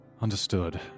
Understood